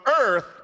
earth